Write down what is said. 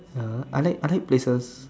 uh I like I like places